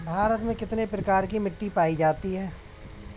भारत में कितने प्रकार की मिट्टी पायी जाती है?